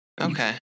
Okay